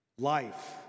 life